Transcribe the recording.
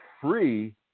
free